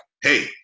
Hey